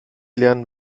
lernen